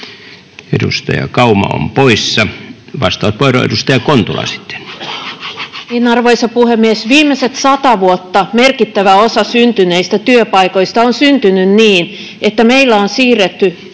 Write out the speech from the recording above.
työn murroksesta Time: 15:56 Content: Arvoisa puhemies! Viimeiset sata vuotta merkittävä osa syntyneistä työpaikoista on syntynyt niin, että meillä on siirretty